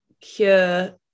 cure